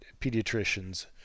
pediatricians